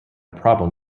problem